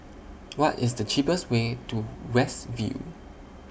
What IS The cheapest Way to West View